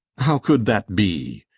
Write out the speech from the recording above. how could that be?